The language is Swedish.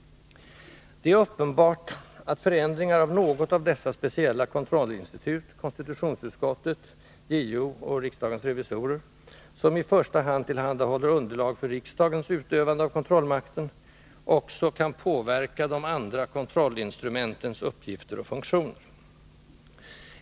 Det är uppenbart att förändringar av något av dessa speciella kontrollinstitut — konstitutionsutskottet, JO och riksdagens revisorer — som i första hand tillhandahåller underlag för riksdagens utövande av kontrollmakten, också kan påverka de andra kontrollinstrumentens uppgifter och funktioner.